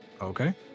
okay